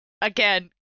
again